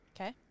Okay